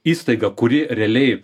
įstaiga kuri realiai